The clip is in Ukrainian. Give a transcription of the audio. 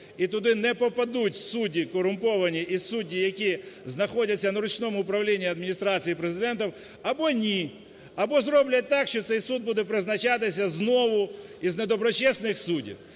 і туди не попадуть судді корумповані і судді, які знаходяться на ручному управлінні Адміністрації Президента, або ні, або зроблять так, що цей суд буде призначатися знову із недоброчесних суддів.